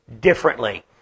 differently